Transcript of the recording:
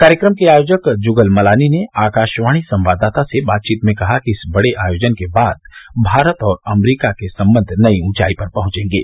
कार्यक्रम के आयोजक जुगल मलानी ने आकाशवाणी संवाददाता से बातचीत में कहा कि इस बड़े आयोजन के बाद भारत और अमरीका के संबंध नई ऊंचाई पर पहुंचेंगे